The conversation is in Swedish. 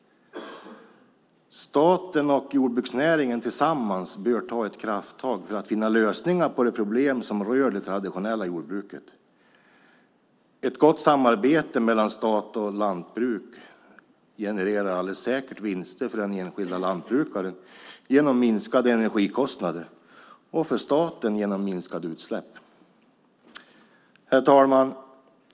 Staten och jordbruksnäringen tillsammans bör ta krafttag för att finna lösningar på de problem som rör det traditionella jordbruket. Ett gott samarbete mellan stat och lantbruk genererar alldeles säkert vinster för den enskilda lantbrukaren genom minskade energikostnader och för staten genom minskade utsläpp. Herr talman!